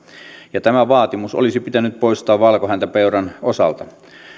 ja tämä vaatimus olisi pitänyt poistaa valkohäntäpeuran osalta